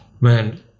Man